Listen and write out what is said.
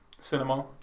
cinema